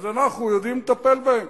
אז אנחנו יודעים לטפל בהם.